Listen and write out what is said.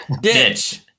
Ditch